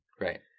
Right